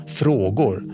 frågor